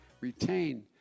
retain